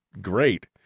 great